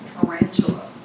tarantula